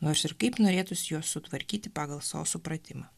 nors ir kaip norėtųsi juos sutvarkyti pagal savo supratimą